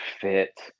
fit